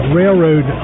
railroad